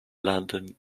london